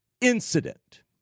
incident